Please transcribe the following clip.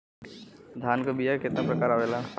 धान क बीया क कितना प्रकार आवेला?